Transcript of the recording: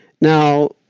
Now